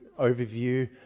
overview